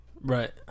Right